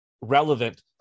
relevant